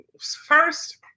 First